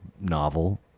novel